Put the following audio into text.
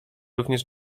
również